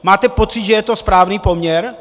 Máte pocit, že je to správný poměr?